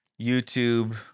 YouTube